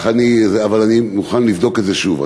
אבל אני מוכן לבדוק את זה שוב.